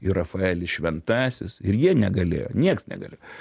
ir rafaelis šventasis ir jie negalėjo nieks negalėjo